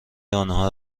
آنها